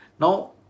Now